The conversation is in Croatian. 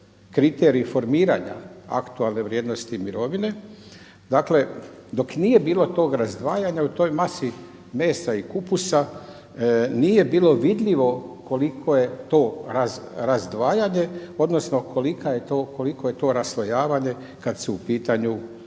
kriterij formiranja aktualne vrijednosti mirovine, dakle dok nije bilo tog razdvajanja u toj masi mesa i kupusa, nije bilo vidljivo koliko je to razdvajanje odnosno koliko je to raslojavanje kad su u pitanju